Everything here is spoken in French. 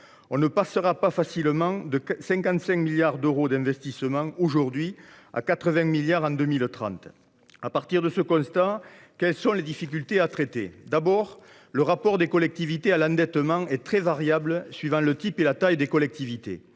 On ne passera pas facilement de 55 milliards d’euros d’investissement aujourd’hui à 80 milliards d’euros en 2030. À partir de ce constat, quelles sont les difficultés à traiter ? D’abord, le rapport à l’endettement est très variable suivant le type et la taille des collectivités.